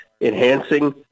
enhancing